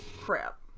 crap